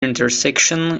intersection